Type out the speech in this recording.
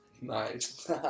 Nice